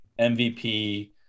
MVP